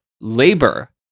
labor